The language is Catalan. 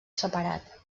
separat